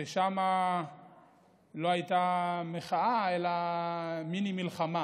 ששם לא הייתה מחאה אלא מיני-מלחמה,